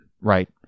right